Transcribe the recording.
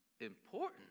important